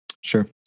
Sure